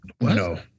No